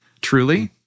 truly